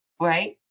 right